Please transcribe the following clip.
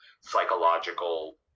psychological